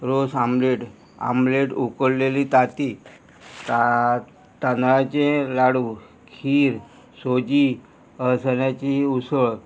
रोस omelette omelette उकळलेली तांती तांदळाचें लाडू खीर सोजी असण्याची उसळ